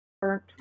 burnt